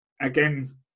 again